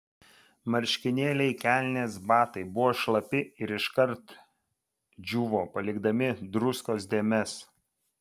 marškinėliai kelnės batai buvo šlapi ir iškart džiūvo palikdami druskos dėmes